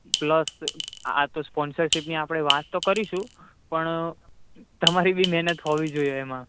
plus આ તો સ્પોન્સરશિપની આપણે વાત તો કરીશું પણ તમારી ભી મહેનત હોવી જોઈએ એમાં